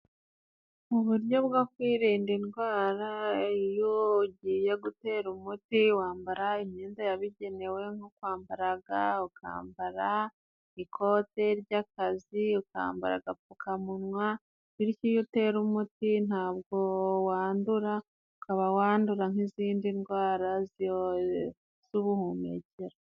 Mu buryo bwo kwirinda indwara iyo ugiye gutera umuti wambara imyenda yabigenewe nko kwambaraga ga ukambara ikote ry'akazi, ukambara agapfukamunwa, bityo iyo utera umuti ntabwo wandura. Ukaba wandura nk'izindi ndwara z'ubuhumekero.